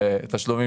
תשלומים.